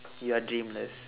you are dreamless